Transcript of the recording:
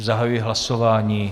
Zahajuji hlasování.